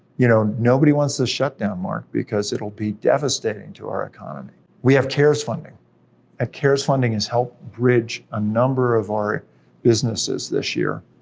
you know, nobody wants to shut down, mark, because it'll be devastating to our economy. we have cares funding. that ah cares funding has helped bridge a number of our businesses this year.